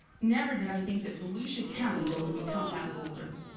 never did i think that volusia county, though, would become that boulder.